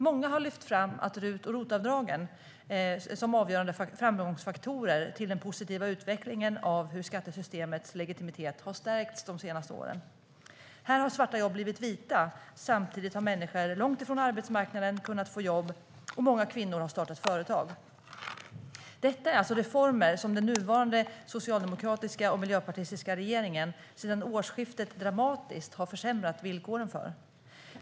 Många har lyft fram RUT och ROT-avdragen som avgörande framgångsfaktorer till den positiva utvecklingen av hur skattesystemets legitimitet har stärkts de senaste åren. Här har svarta jobb blivit vita. Samtidigt har människor långt ifrån arbetsmarknaden kunnat få jobb, och många kvinnor har startat företag. Detta är reformer som den nuvarande socialdemokratiska och miljöpartistiska regeringen sedan årsskiftet dramatiskt har försämrat villkoren för.